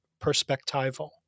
perspectival